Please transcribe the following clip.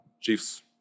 Chiefs